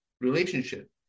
relationship